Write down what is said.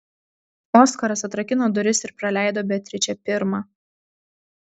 oskaras atrakino duris ir praleido beatričę pirmą